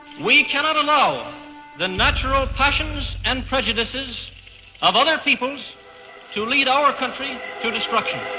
we cannot allow the natural passions and prejudices of other peoples to lead our country to destruction.